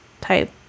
type